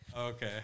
Okay